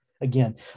again